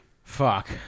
Fuck